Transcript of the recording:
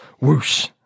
Whoosh